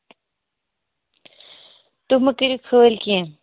تُہۍ مہٕ کٔرِو خٲلۍ کیٚنٛہہ